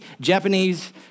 Japanese